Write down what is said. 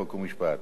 חוק ומשפט.